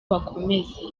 bakomeze